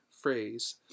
phrase